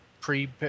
pre